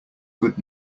good